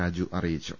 രാജു അറിയിച്ചു